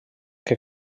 que